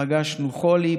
פגשנו חולי,